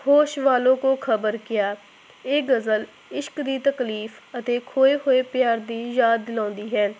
ਹੋਸ਼ ਵਾਲੋਂ ਕੋ ਖ਼ਬਰ ਕਿਆ ਇਹ ਗਜ਼ਲ ਇਸ਼ਕ ਦੀ ਤਕਲੀਫ਼ ਅਤੇ ਖੋਏ ਹੋਏ ਪਿਆਰ ਦੀ ਯਾਦ ਦਿਲਾਉਂਦੀ ਹੈ